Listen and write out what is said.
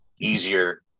easier